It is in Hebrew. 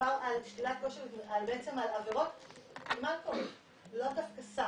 שמדובר על שלילת כושר התנגדות עם אלכוהול ולא סם.